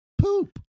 poop